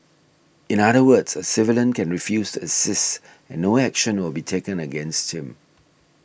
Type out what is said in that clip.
in other words a civilian can refuse assist and no action will be taken against him